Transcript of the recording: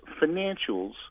financials